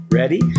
ready